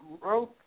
growth